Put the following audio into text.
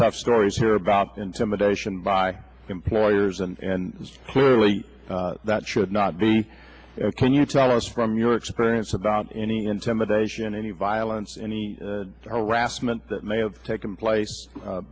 tough stories here about intimidation by employers and clearly that should not be can you tell us from your experience about any intimidation any violence any harassment that may have taken place